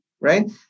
right